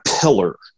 pillar